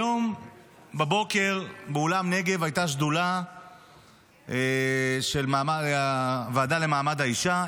היום בבוקר באולם נגב הייתה ישיבה של הוועדה למעמד האישה.